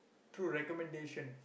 through recommendation